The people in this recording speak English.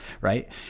Right